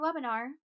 webinar